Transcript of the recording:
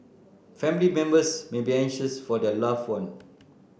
family members may be anxious for their loved one